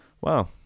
Wow